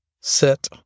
sit